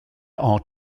are